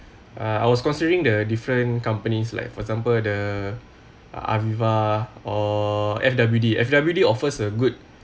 I was considering the different companies like for example the Aviva or F_W_D F_W_D offers a good